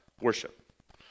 Worship